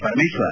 Parameshwar